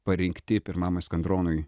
parinkti pirmam eskadronui